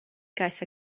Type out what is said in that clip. gaeth